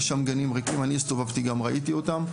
יש שם גנים ריקים אני הסתובבתי גם ראיתי אותם,